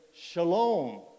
shalom